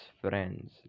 friends